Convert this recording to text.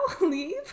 leave